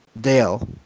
Dale